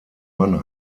mann